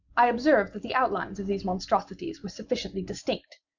i observed that the outlines of these monstrosities were sufficiently distinct,